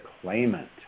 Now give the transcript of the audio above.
claimant